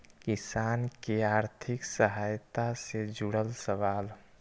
किसान के आर्थिक सहायता से जुड़ल सवाल?